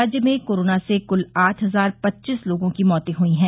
राज्य में कोरोना से कृल आठ हजार पच्चीस लोगों की मौत हई हैं